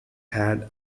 had